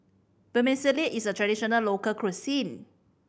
vermicelli is a traditional local cuisine